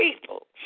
people